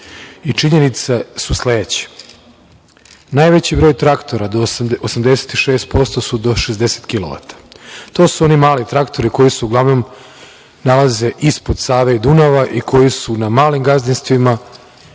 i činjenice su sledeće. Najveći broj traktora, do 86%, su do 60 kilovata. To su oni mali traktori koji se uglavnom nalaze ispod Save i Dunava i koji su na malim gazdinstvima